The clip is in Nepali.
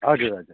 हजुर हजुर